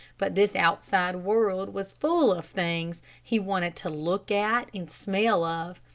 but this outside world was full of things he wanted to look at and smell of,